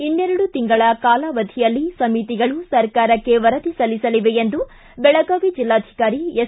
ಇನ್ನೆರಡು ತಿಂಗಳ ಕಾಲಾವಧಿಯಲ್ಲಿ ಸಮಿತಿಗಳು ಸರ್ಕಾರಕ್ಕೆ ವರದಿ ಸಲ್ಲಿಸಲಿವೆ ಎಂದು ಬೆಳಗಾವಿ ಜಿಲ್ಲಾಧಿಕಾರಿ ಎಸ್